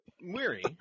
Weary